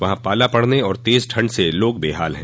वहां पाला पड़ने और तेज ठंड से लोग बेहाल हैं